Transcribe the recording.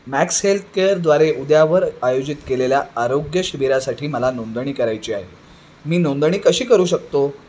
max हेल्थकेअरद्वारे उद्यावर आयोजित केलेल्या आरोग्य शिबिरासाठी मला नोंदणी करायची आहे मी नोंदणी कशी करू शकतो